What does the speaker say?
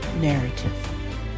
narrative